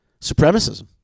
supremacism